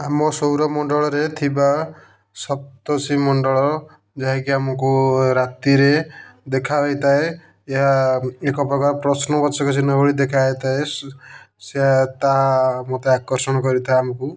ଆମ ସୌରମଣ୍ଡଳରେ ଥିବା ସପ୍ତର୍ଷି ମଣ୍ଡଳ ଯାହାକି ଆମକୁ ରାତିରେ ଦେଖାହୋଇଥାଏ ଏହା ଏକ ପ୍ରକାର ପ୍ରଶ୍ନବାଚକ ଚିହ୍ନ ଭଳି ଦେଖାଯାଇଥାଏ ସେୟା ତାହା ମୋତେ ଆକର୍ଷଣ କରିଥାଏ ଆମକୁ